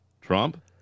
Trump